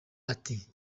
ati